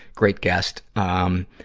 great guest, um,